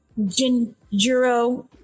Jinjuro